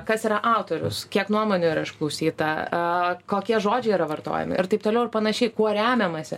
kas yra autorius kiek nuomonių yra išklausyta a kokie žodžiai yra vartojami ir taip toliau ir panašiai kuo remiamasi